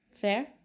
fair